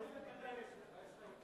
איזו מיטה יש לך?